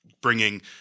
bringing